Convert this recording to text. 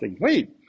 Wait